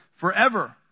forever